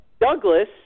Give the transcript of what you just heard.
Douglas